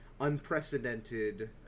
unprecedented